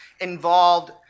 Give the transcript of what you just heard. involved